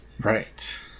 right